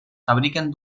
fabriquen